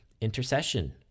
intercession